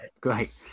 great